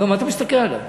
מה אתה מסתכל עלי?